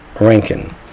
Rankin